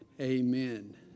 Amen